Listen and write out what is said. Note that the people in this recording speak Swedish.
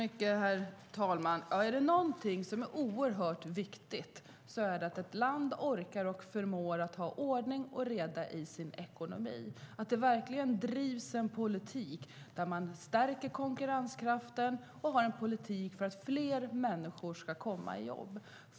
Herr talman! Är det någonting som är oerhört viktigt så är det att ett land orkar och förmår att ha ordning och reda i sin ekonomi och att det verkligen drivs en politik som innebär att man stärker konkurrenskraften och att fler människor ska komma i jobb.